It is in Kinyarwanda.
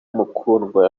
mukundwa